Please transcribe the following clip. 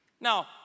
Now